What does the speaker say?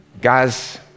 Guys